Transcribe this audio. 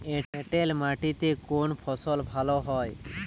এঁটেল মাটিতে কোন ফসল ভালো হয়?